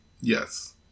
Yes